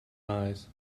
eyes